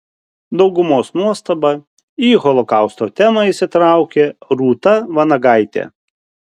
daugumos nuostabai į holokausto temą įsitraukė rūta vanagaitė